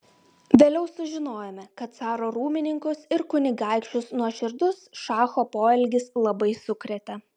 vėliau sužinojome kad caro rūmininkus ir kunigaikščius nuoširdus šacho poelgis labai sukrėtė